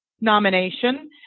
nomination